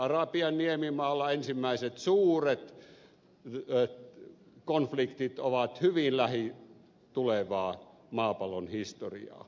arabian niemimaalla ensimmäiset suuret konfliktit ovat hyvin lähitulevaa maapallon historiaa